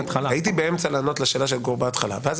הייתי באמצע המענה לשאלתו של גור ואז